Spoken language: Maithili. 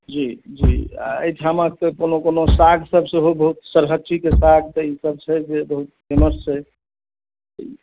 जी जी आ एहिठामक से कोनो कोनो सागसभ सेहो बहुत सरहच्चीके साग ईसभ छै जे बहुत फेमस छै